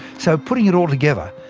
so putting it all together,